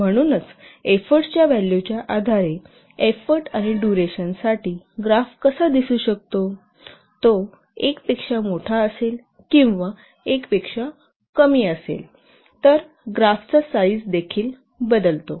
म्हणून एफोर्टच्या व्हॅल्यूच्या आधारे एफोर्ट आणि डुरेशन साठी ग्राफ कसा दिसू शकतो तो 1 पेक्षा मोठा असेल किंवा 1 पेक्षा कमी असेल तर ग्राफचा साईज देखील बदलतो